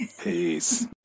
Peace